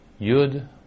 Yud